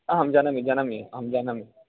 अहं जानामि जानामि अहं जानामि